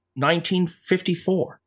1954